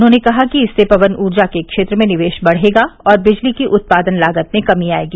उन्होंने कहा कि इससे पवन ऊर्जा क्षेत्र में निवेश बढ़ेगा और बिजली की उत्पादन लागत में कमी आएगी